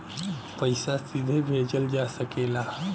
पइसा सीधे भेजल जा सकेला